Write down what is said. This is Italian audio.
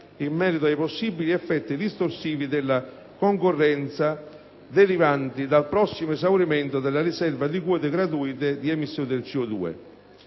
in merito ai possibili effetti distorsivi della concorrenza derivanti dal prossimo esaurimento della riserva di quote gratuite di emissioni di CO2.